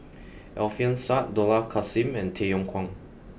Alfian Sa'at Dollah Kassim and Tay Yong Kwang